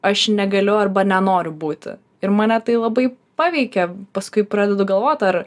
aš negaliu arba nenoriu būti ir mane tai labai paveikia paskui pradedu galvot ar